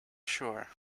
shore